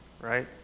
Right